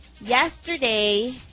Yesterday